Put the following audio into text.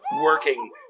working